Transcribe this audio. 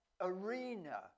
arena